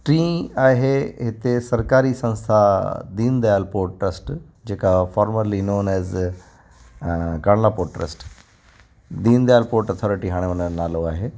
T आहे हिते सरकारी संस्था दीन दयाल पो्ट ट्रस्ट जेका formally known as Kandla port trust Deen Dayal port authority हाणे हुन जो नालो आहे